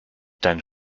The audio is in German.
deinen